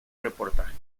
reportajes